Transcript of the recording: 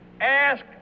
Ask